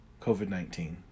COVID-19